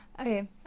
okay